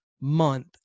month